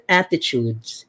attitudes